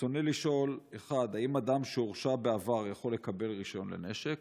ברצוני לשאול: 1. האם אדם שהורשע בעבר יכול לקבל רישיון לנשק?